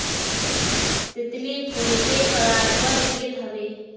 तितली फूल के पराग पर जियत हवे